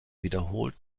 wiederholt